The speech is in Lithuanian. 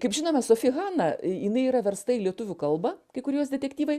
kaip žinome sufi hana jinai yra versta į lietuvių kalbą kai kurie jos detektyvai